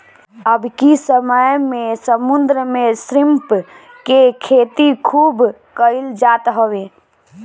अबकी समय में समुंदर में श्रिम्प के खेती खूब कईल जात हवे